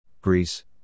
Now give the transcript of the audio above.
Greece